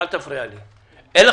אתה מפריע לי לדבר.